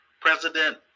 President